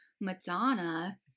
Madonna